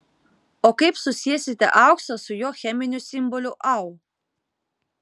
o kaip susiesite auksą su jo cheminiu simboliu au